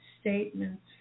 statements